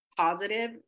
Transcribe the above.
positive